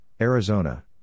Arizona